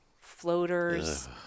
floaters